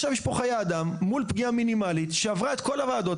עכשיו יש פה חיי אדם אל מול פגיעה מינימלית שעברה את כל הוועדות.